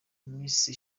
miss